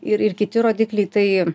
ir ir kiti rodikliai tai